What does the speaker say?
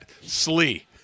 Slee